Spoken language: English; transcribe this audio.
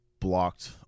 blocked